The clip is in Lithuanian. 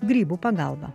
grybų pagalba